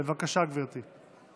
בבקשה, גברתי.